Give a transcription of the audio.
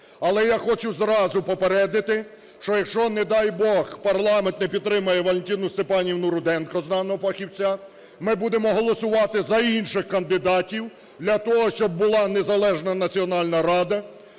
Але я хочу зразу попередити, що якщо, не дай Бог, парламент не підтримає Валентину Степанівну Руденко, знаного фахівця, ми будемо голосувати за інших кандидатів, для того щоб була незалежна Національна рада,